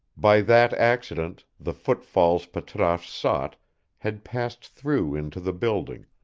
by that accident the foot-falls patrasche sought had passed through into the building,